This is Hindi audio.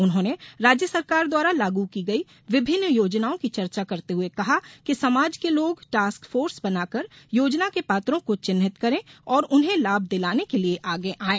उन्होंने राज्य सरकार द्वारा लागू की गई विभिन्न योजानाओं की चर्चा करते हुये कहा कि समाज के लोग टॉस्क फोर्स बनाकर योजना के पात्रों को चिन्हित करें और उन्हें लाभ दिलाने के लिये आगे आयें